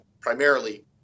primarily